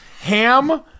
ham